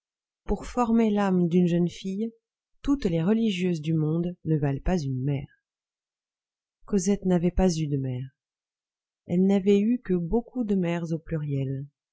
pour former l'âme d'une jeune fille toutes les religieuses du monde ne valent pas une mère cosette n'avait pas eu de mère elle n'avait eu que beaucoup de mères au pluriel